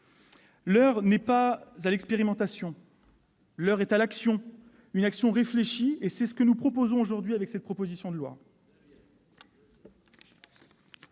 L'heure n'est pas à l'expérimentation. L'heure est à l'action, à une action réfléchie. C'est ce que nous proposons aujourd'hui avec cette proposition de loi.